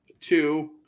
two